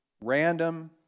random